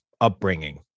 upbringing